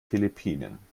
philippinen